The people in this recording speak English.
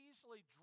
easily